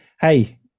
hey